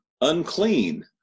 unclean